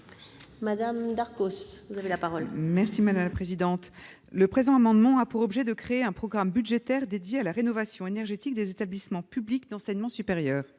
est ainsi libellé : La parole est à Mme Laure Darcos. Le présent amendement a pour objet de créer un programme budgétaire dédié à la rénovation énergétique des établissements publics d'enseignement supérieur.